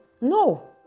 No